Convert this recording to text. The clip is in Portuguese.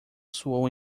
soou